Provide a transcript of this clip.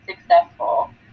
successful